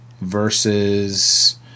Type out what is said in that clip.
versus